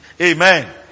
Amen